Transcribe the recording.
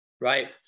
Right